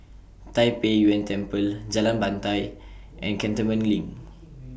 Tai Pei Yuen Temple Jalan Batai and Cantonment LINK